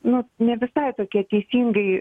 nu ne visai tokie teisingai